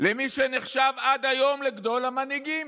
למי שנחשב עד היום לגדול המנהיגים?